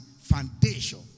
foundation